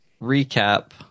recap